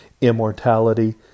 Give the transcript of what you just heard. immortality